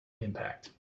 impact